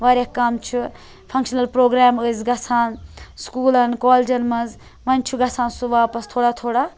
واریاہ کَم چھُ فَنکشِنَل پروگرام ٲسۍ گَژھان سُکولَن کالجَن مَنٛز وۄنۍ چھُ گَژھان واپَس سُہ تھوڑا تھوڑا